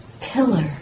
pillar